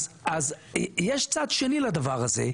אז יש צד שני לדבר הזה,